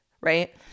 Right